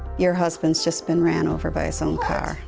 your husband's just been run over by his own car